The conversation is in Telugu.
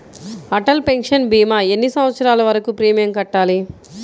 అటల్ పెన్షన్ భీమా ఎన్ని సంవత్సరాలు వరకు ప్రీమియం కట్టాలి?